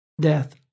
death